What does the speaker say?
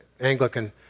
Anglican